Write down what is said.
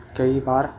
کئی بار